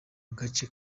gace